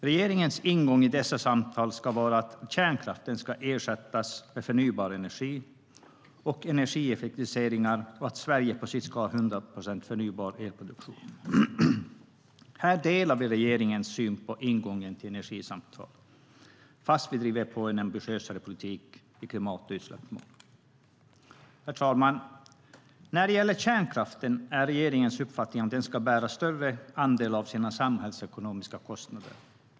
Regeringens ingång i dessa samtal ska vara att kärnkraften ska ersättas med förnybar energi och energieffektiviseringar och att Sverige på sikt ska ha 100 procent förnybar elproduktion. Herr talman! När det gäller kärnkraften är regeringens uppfattning att den ska bära en större andel av sina samhällsekonomiska kostnader.